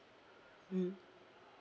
mm